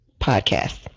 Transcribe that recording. podcast